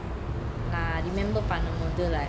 I remember பண்ணும்போது:panumbothu like